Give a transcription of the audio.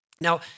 Now